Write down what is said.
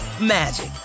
magic